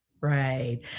right